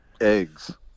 eggs